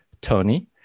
Tony